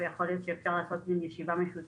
ויכול להיות שאפשר לעשות משהו משותף.